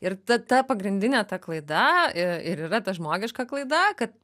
ir ta ta pagrindinė ta klaida ir yra ta žmogiška klaida kad